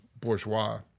bourgeois